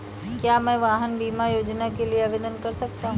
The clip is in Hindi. क्या मैं वाहन बीमा योजना के लिए आवेदन कर सकता हूँ?